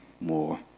more